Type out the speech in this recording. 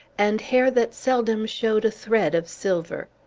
and hair that seldom showed a thread of silver.